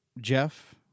Jeff